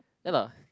ya lah